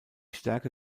stärke